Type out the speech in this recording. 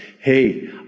hey